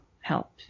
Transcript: help